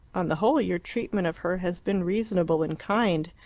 on the whole, your treatment of her has been reasonable and kind.